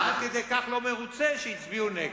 אתה עד כדי כך לא מרוצה שהצביעו נגד.